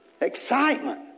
Excitement